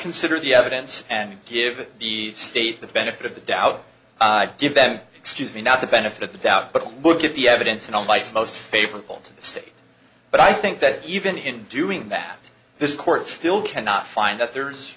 consider the evidence and give the state the benefit of the doubt give them excuse me not the benefit of the doubt but look at the evidence in the light most favorable to the state but i think that even in doing that this court still cannot find that there